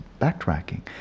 backtracking